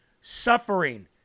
suffering